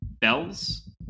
Bells